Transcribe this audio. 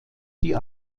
die